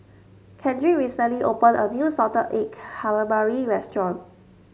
Kendrick recently opened a new Salted Egg Calamari restaurant